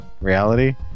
Reality